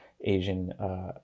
Asian